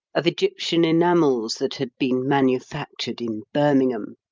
of egyptian enamels that had been manufactured in birmingham,